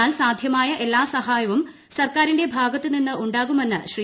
എന്നാൽ സാധ്യമായ എല്ലാ സഹായവും സർക്കാരിന്റെ ഭാഗത്ത് നിന്ന് ഉണ്ടാകുമെന്ന് ശ്രീ